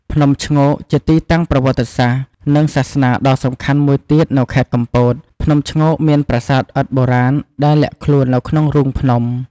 ភ្នំឈ្ងោក ជាទីតាំងប្រវត្តិសាស្ត្រ និងសាសនាដ៏សំខាន់មួយទៀតនៅខេត្តកំពត ភ្នំឈ្ងោកមានប្រាសាទឥដ្ឋបុរាណដែលលាក់ខ្លួននៅក្នុងរូងភ្នំ។